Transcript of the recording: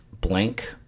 blank